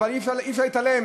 אבל אי-אפשר להתעלם,